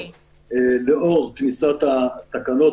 לאור כניסת התקנות,